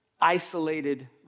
isolated